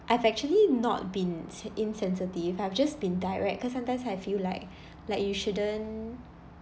I've actually not been insensitive I've just been direct cause sometimes I feel like like you shouldn't